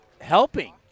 helping